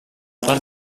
part